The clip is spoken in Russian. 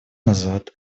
назад